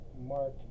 Mark